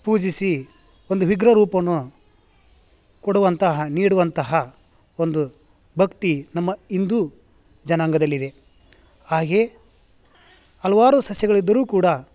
ಪೂಜಿಸಿ ಒಂದು ವಿಗ್ರಹ ರೂಪವನ್ನು ಕೊಡುವಂತಹ ನೀಡುವಂತಹ ಒಂದು ಭಕ್ತಿ ನಮ್ಮ ಹಿಂದೂ ಜನಾಂಗದಲ್ಲಿದೆ ಹಾಗೆ ಹಲವಾರು ಸಸ್ಯಗಳಿದ್ದರೂ ಕೂಡ